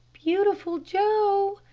beautiful joe,